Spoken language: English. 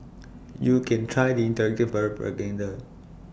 you can try the interactive propaganda